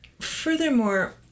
Furthermore